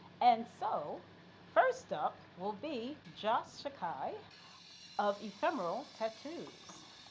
and so first up will be josh sakhai of ephemeral tattoos.